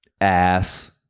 ass